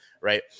right